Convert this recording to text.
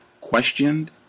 questioned